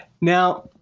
Now